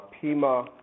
Pima